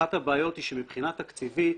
אחת הבעיות היא שמבחינה תקציבית,